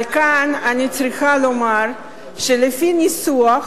אבל כאן אני צריכה לומר שלפי הניסוח,